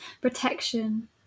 protection